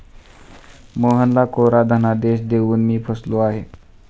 मोहनला कोरा धनादेश देऊन मी फसलो आहे